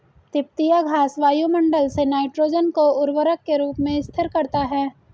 तिपतिया घास वायुमंडल से नाइट्रोजन को उर्वरक के रूप में स्थिर करता है